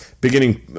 beginning